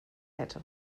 hätte